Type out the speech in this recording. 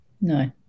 No